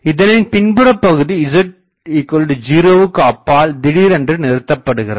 இதனின் பின்புறபகுதி z0 விற்கு அப்பால் தீடீரென்று நிறுத்தப்படுகிறது